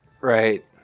Right